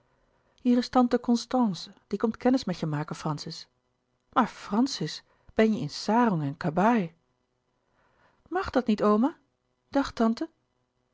hier is tante constance die komt kennis met je maken francis maar francis ben je in sarong en kabaai mag dat niet oma dag tante